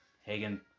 Hagen